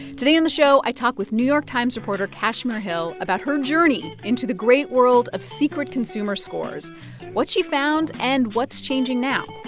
today on the show, i talk with new york times reporter kashmir hill about her journey into the great world of secret consumer scores what she found and what's changing now.